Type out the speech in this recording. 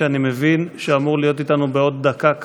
שאני מבין שאמור להיות איתנו בעוד דקה קלה.